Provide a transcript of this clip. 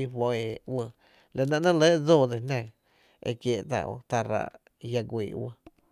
i i, la nɇ néé’ re lɇ e maa e kie’ tá’ jö ráá’ i jia’ guii uɇɇ.